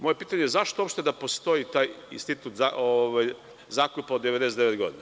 Moje pitanje je zašto uopšte da postoji taj institut zakupa od 99 godina?